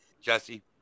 Jesse